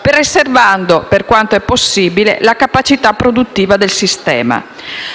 preservando, per quanto possibile, la capacità produttiva del sistema.